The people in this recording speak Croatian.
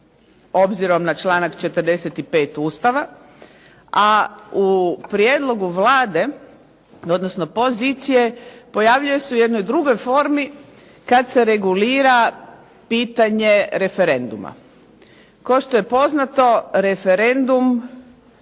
obzirom na članak 45. Ustava, a u prijedlogu Vlade, odnosno pozicije pojavljuje se u jednoj drugoj formi kada se regulira pitanje referenduma. Kao što je poznato referendum